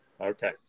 Okay